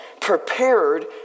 prepared